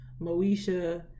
moesha